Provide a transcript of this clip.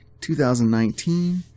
2019